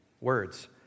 Words